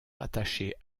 rattachée